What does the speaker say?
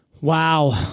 Wow